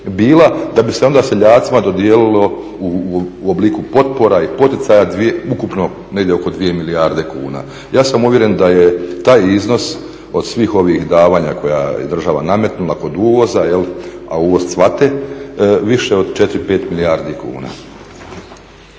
da bi se onda seljacima dodijelilo u obliku potpora i poticaja ukupno negdje oko 2 milijarde kuna. Ja sam uvjeren da je taj iznos od svih ovih davanja koje je država nametnula kod uvoza, a uvoz cvate, više od 4, 5 milijardi kuna.